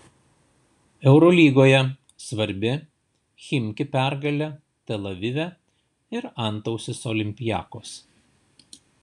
eurolygoje svarbi chimki pergalė tel avive ir antausis olympiakos